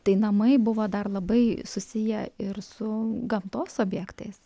tai namai buvo dar labai susiję ir su gamtos objektais